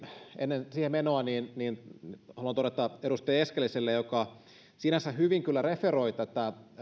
ennen siihen menoa haluan todeta edustaja eskeliselle joka sinänsä hyvin kyllä referoi tätä